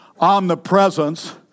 omnipresence